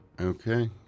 Okay